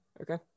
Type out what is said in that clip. okay